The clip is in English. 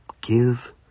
give